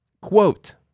Quote